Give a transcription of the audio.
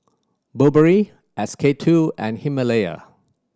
Burberry S K Two and Himalaya